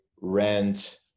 rent